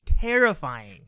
terrifying